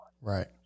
Right